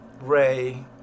Ray